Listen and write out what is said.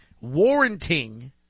Warranting